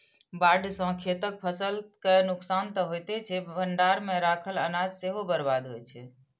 बाढ़ि सं खेतक फसल के नुकसान तं होइते छै, भंडार मे राखल अनाज सेहो बर्बाद होइ छै